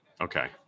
Okay